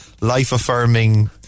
life-affirming